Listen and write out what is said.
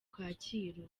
kacyiru